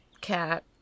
Cat